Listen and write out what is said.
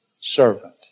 servant